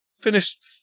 Finished